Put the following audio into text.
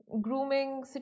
Grooming